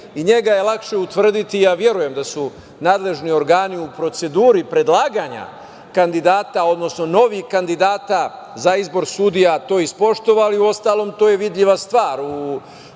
i njega je lakše utvrditi, a verujem da su nadležni organi u proceduri predlaganja kandidata, odnosno novih kandidata za izbor sudija to ispoštovali, uostalom, a to je vidljiva stvar